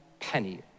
penny